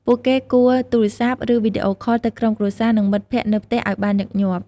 ពួកគេគួរទូរស័ព្ទ ឬវីដេអូខលទៅក្រុមគ្រួសារ និងមិត្តភក្តិនៅផ្ទះឲ្យបានញឹកញាប់។